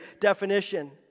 definition